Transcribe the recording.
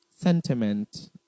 sentiment